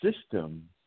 system